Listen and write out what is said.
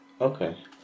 Okay